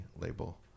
label